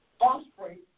offspring